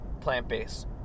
plant-based